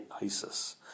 Isis